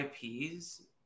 IPs